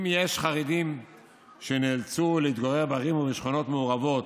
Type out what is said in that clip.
אם יש חרדים שנאלצו להתגורר בערים ובשכונות מעורבות,